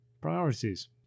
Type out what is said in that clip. Priorities